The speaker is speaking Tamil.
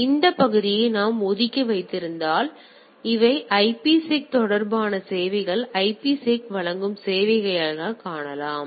ஆனால் இந்த பகுதியை நாம் ஒதுக்கி வைத்திருந்தால் எனவே இவை ஐபிசெக் தொடர்பான சேவைகள் ஐபிசெக் வழங்கும் சேவைகளைக் காணலாம்